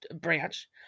branch